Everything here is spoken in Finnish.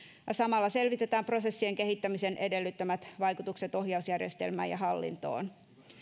samalla selvitetään prosessien kehittämisen edellyttämät vaikutukset ohjausjärjestelmään ja hallintoon